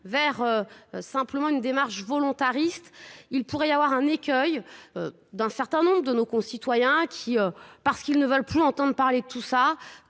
vers simplement une démarche volontariste, il pourrait y avoir un écueil d'un certain nombre de nos concitoyens qui, parce qu'ils ne veulent plus entendre parler de tout ça,